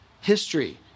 History